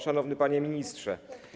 Szanowny Panie Ministrze!